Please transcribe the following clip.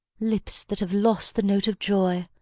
lips that have lost the note of joy,